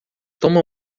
toma